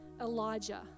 Elijah